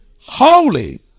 Holy